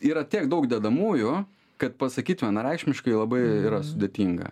yra tiek daug dedamųjų kad pasakyt vienareikšmiškai labai yra sudėtinga